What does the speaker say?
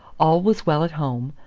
all was well at home.